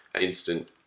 Instant